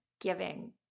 Giving